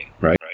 right